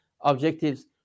objectives